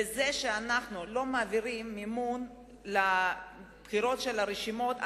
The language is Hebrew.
בזה שאנחנו לא מעבירים מימון לבחירות של הרשימות,